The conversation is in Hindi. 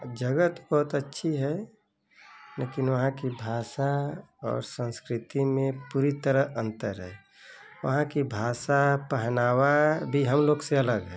अब जगह तो बहुत अच्छी है लेकिन वहाँ की भाषा और संस्कृति में पूरी तरह अंतर है वहाँ की भाषा पहनावा भी हम लोग से अलग है